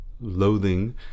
Loathing